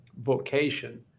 vocation